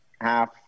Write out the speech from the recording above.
half